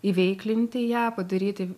įveiklinti ją padaryti